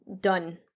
done